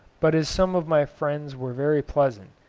but as some of my friends were very pleasant,